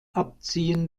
abziehen